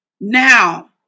Now